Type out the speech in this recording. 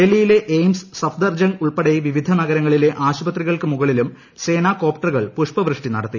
ഡൽഹിയിലെ എയിംസ് സഫ്ദർജംഗ് ഉൾപ്പെടെ വിവിധ നഗരങ്ങളിലെ ആശുപത്രികൾക്ക് മുകളിലും സേനാ കോപ്റ്ററുകൾ പുഷ്പവൃഷ്ടി നടത്തി